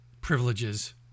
privileges